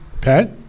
Pat